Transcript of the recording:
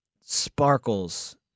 sparkles